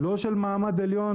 לא של מעמד עליון,